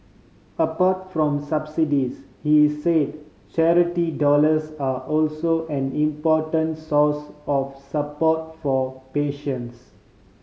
apart from subsidies he said charity dollars are also an important source of support for patients